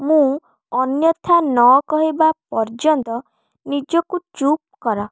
ମୁଁ ଅନ୍ୟଥା ନକହିବା ପର୍ଯ୍ୟନ୍ତ ନିଜକୁ ଚୁପ୍ କର